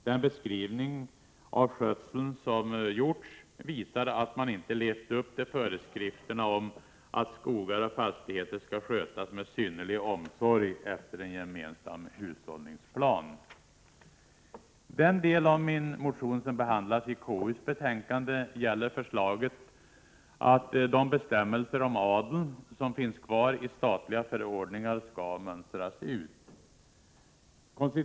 Den beskrivning av skötseln som har gjorts visar att man inte har levt upp till föreskrifterna om att skogar och fastigheter skall skötas med synnerlig omsorg efter en gemensam hushållningsplan. Den del av min motion som behandlas i konstitutionsutskottets betänkande gäller förslaget att de bestämmelser om adeln som finns kvar i statliga förordningar skall mönstras ut.